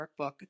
workbook